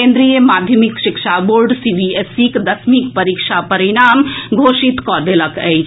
केंद्रीय माध्यमिक शिक्षा बोर्ड सीबीएसई दसमीक परीक्षा परिणाम घोषित कऽ देलक अछि